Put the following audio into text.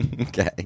Okay